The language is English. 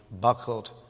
buckled